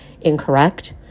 incorrect